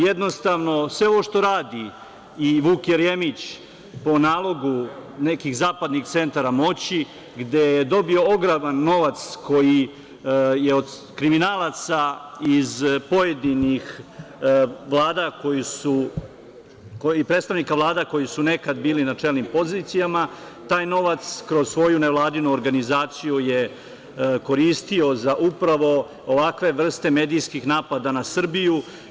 Jednostavno, sve ovo što radi i Vuk Jeremić po nalogu nekih zapadnih centara moći, gde je dobio ogroman novac koji je od kriminalaca iz pojedinih vlada i predstavnika vlada koji su nekad bili na čelnim pozicijama, taj novac kroz svoju nevladinu organizaciju je koristio za upravo ovakve vrste medijskih napada na Srbiju.